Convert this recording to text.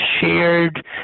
shared